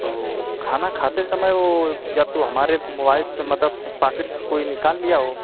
तो खाना खाते समय वो या तो हमारे मोवाइल से मतलब पाकिट से कोई निकाल लिया हो